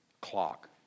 clock